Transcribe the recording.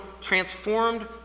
transformed